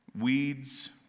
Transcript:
weeds